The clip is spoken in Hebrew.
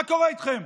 מה קורה איתכם?